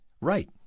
Right